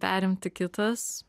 perimti kitas